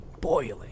boiling